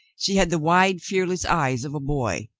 she had the wide, fearless eyes of a boy.